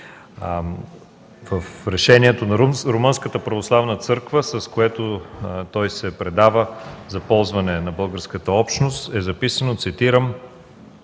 В решението на Румънската православна църква, с което се предава за ползване на българската общност, е записано, цитирам: